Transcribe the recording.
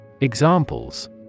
Examples